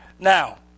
Now